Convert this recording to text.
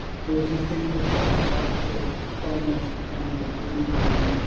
so if you think about the arctic, the far north of canada, greenland,